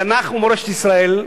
תנ"ך ומורשת ישראל,